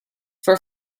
for